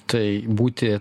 tai būti